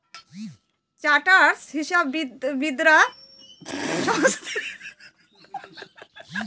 chartered হিসাববিদরা সংস্থায় হিসাব রক্ষণের কাজে থাকে